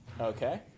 Okay